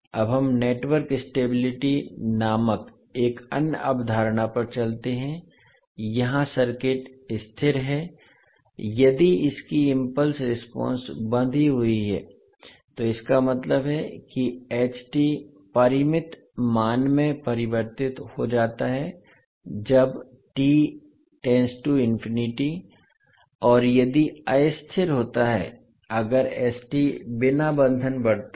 अब हम network stability नामक एक अन्य अवधारणा पर चलते हैं यहां सर्किट स्थिर है यदि इसकी इम्पल्स रेस्पोंस बंधी हुई है तो इसका मतलब है कि परिमित मान में परिवर्तित हो जाता है जब और यदि अस्थिर होता है अगर st बिना बंधन बढ़ता है